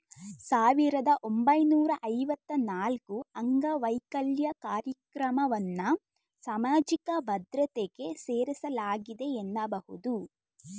ಸಾವಿರದ ಒಂಬೈನೂರ ಐವತ್ತ ನಾಲ್ಕುಅಂಗವೈಕಲ್ಯ ಕಾರ್ಯಕ್ರಮವನ್ನ ಸಾಮಾಜಿಕ ಭದ್ರತೆಗೆ ಸೇರಿಸಲಾಗಿದೆ ಎನ್ನಬಹುದು